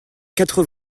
quatre